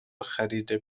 خریده